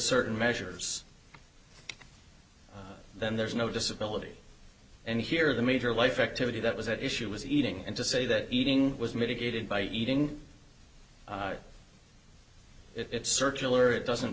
certain measures then there's no disability and here the major life activity that was at issue was eating and to say that eating was mitigated by eating it circular it doesn't